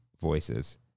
voices